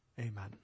amen